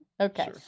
Okay